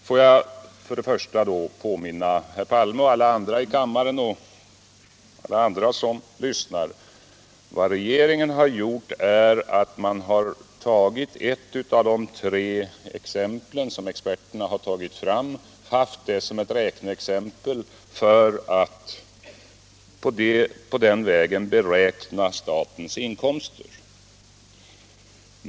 Får jag till att börja med påminna herr Palme, övriga i kammaren och alla andra som lyssnar om att vad regeringen gjort är att den använt ett av de tre alternativ som experterna tagit fram — för att på den vägen beräkna statens inkomster.